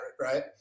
right